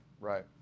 right